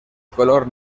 color